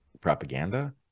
propaganda